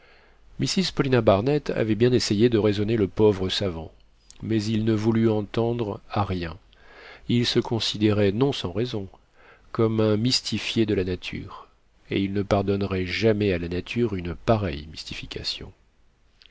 mrs paulina barnett avait bien essayé de raisonner le pauvre savant mais il ne voulut entendre à rien il se considérait non sans raison comme un mystifié de la nature et il ne pardonnerait jamais à la nature une pareille mystification